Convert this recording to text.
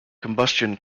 combustion